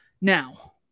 Now